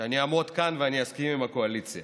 אעמוד כאן ואני אסכים עם הקואליציה